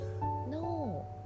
No